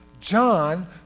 John